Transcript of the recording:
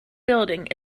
building